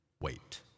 wait